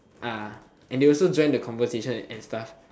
and they also join the conversation and stuff